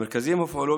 המרכזים הופעלו